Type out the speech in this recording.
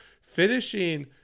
finishing